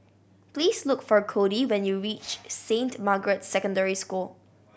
please look for Codey when you reach Saint Margaret Secondary School